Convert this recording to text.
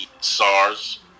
SARS